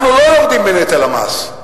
אנחנו לא יורדים בנטל המס,